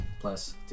plus